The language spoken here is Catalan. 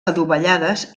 adovellades